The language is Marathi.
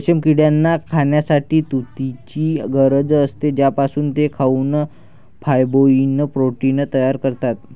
रेशीम किड्यांना खाण्यासाठी तुतीची गरज असते, ज्यापासून ते खाऊन फायब्रोइन प्रोटीन तयार करतात